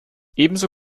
ebenso